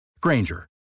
Granger